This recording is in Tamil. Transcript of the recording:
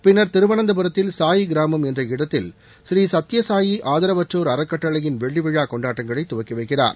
பின்னர் திருவனந்தபுரத்தில் சாயி கிராமம் என்ற இடத்தில் ஸ்ரீகத்யசாயி ஆதரவற்றோர் அறக்கட்டளையின் வெள்ளி விழா கொண்டாட்டங்களை துவக்கி வைக்கிறார்